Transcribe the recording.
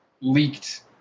leaked